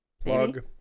Plug